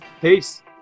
Peace